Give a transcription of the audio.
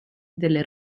delle